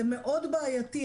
זה מאוד בעייתי,